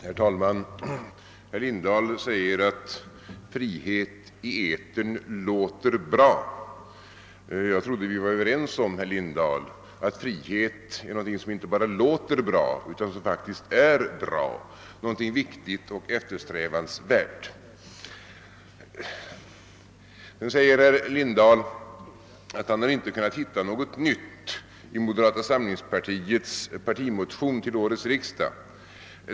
Herr talman! Herr Lindahl säger att frihet i etern låter bra. Jag trodde att vi var överens om, herr Lindahl, att frihet är något som inte bara låter bra utan som faktiskt är bra — något viktigt och eftersträvansvärt. Vidare säger herr Lindahl att han inte har kunnat hitta något nytt i moderata samlingspartiets partimotion till årets riksdag.